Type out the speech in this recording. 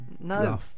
no